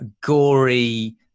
gory